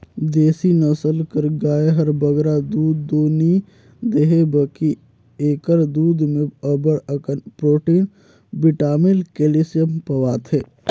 देसी नसल कर गाय हर बगरा दूद दो नी देहे बकि एकर दूद में अब्बड़ अकन प्रोटिन, बिटामिन, केल्सियम पवाथे